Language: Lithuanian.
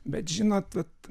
bet žinot vat